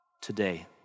today